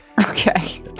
Okay